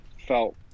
felt